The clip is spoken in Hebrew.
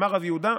אמר רב יהודה,